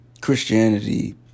Christianity